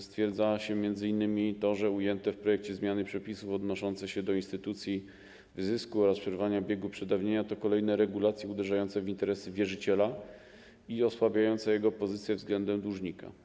Stwierdza się m.in. to, że ujęte w projekcie zmiany przepisów odnoszące się do instytucji wyzysku oraz przerwania biegu przedawnienia to kolejne regulacje uderzające w interesy wierzyciela i osłabiające jego pozycję względem dłużnika.